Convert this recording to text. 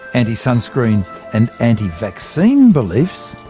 anti-sunscreen and anti-vaccine beliefs,